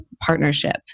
partnership